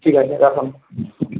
ঠিক আছে রাখুন